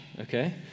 okay